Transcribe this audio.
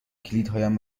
کلیدهایم